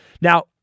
Now